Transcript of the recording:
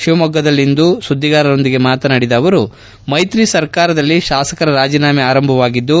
ಶಿವಮೊಗ್ಗದಲ್ಲಿಂದು ಸುದ್ದಿಗಾರರೊಂದಿಗೆ ಮಾತನಾಡಿದ ಅವರು ಮೈತ್ರಿ ಸರ್ಕಾರದಲ್ಲಿ ಶಾಸಕರ ರಾಜೀನಾಮೆ ಪರ್ವ ಆರಂಭವಾಗಿದ್ದು